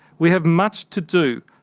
we have much to do,